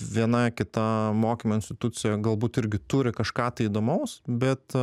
viena kita mokymo institucija galbūt irgi turi kažką tai įdomaus bet